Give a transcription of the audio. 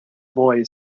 boy